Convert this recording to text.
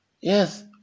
Yes